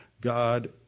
God